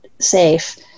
safe